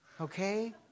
Okay